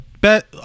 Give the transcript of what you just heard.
bet